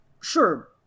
sure